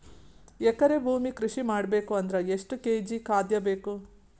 ಎಕರೆ ಭೂಮಿ ಕೃಷಿ ಮಾಡಬೇಕು ಅಂದ್ರ ಎಷ್ಟ ಕೇಜಿ ಖಾದ್ಯ ಬೇಕು?